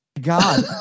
God